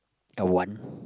uh one